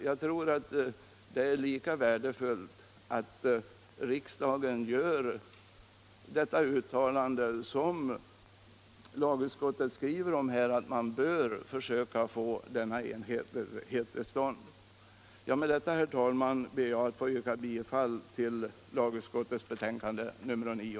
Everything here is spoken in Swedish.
Det är med hänsyn härtill angeläget att riksdagen instämmer i lagutskottets uttalande om att denna enhetlighet bör försöka åstadkommas. Med detta, herr talman, ber jag att få yrka bifall till hemställan i lagutskottets betänkande nr 9.